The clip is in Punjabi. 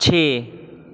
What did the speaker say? ਛੇ